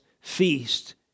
feast